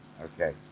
okay